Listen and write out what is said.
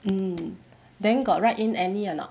mm then got write in any or not